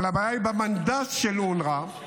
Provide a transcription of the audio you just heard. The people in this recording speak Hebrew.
אבל הבעיה היא במנדט של אונר"א,